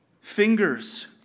fingers